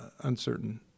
Uncertain